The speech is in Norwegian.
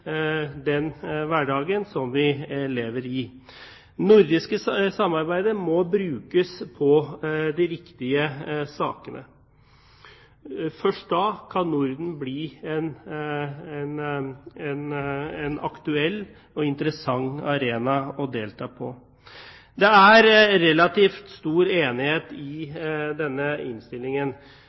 den hverdagen som vi lever i. Det nordiske samarbeidet må brukes på de viktige sakene, først da kan Norden bli en aktuell og interessant arena å delta på. Det er relativt stor enighet i denne innstillingen.